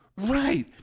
Right